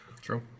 True